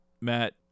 Matt